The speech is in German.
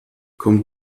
komm